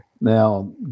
Now